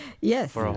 Yes